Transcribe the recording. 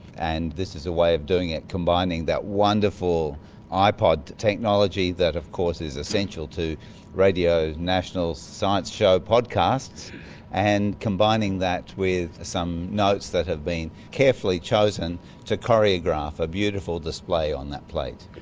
and this is a way of doing it, combining that wonderful ipod technology that of course is essential to radio national's science show podcasts and combining that with some notes that have been carefully chosen to choreograph a beautiful display on that plate.